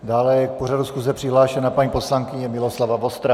Dále je k pořadu schůze přihlášena paní poslankyně Miloslava Vostrá.